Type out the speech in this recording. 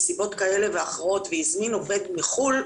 מסיבות כאלה ואחרות והזמין עובד מחו"ל,